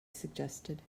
suggested